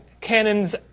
Cannon's